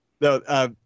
no